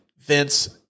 Vince